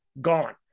gone